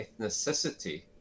ethnicity